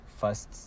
First